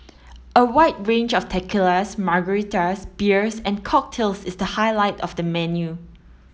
a wide range of tequilas margaritas beers and cocktails is the highlight of the menu